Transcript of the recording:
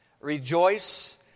rejoice